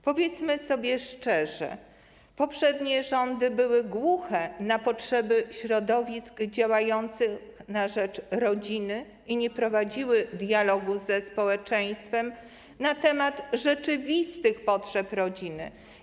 Powiedzmy sobie szczerze: poprzednie rządy były głuche na potrzeby środowisk działających na rzecz rodziny i nie prowadziły dialogu ze społeczeństwem na temat rzeczywistych potrzeb rodziny.